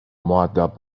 مودب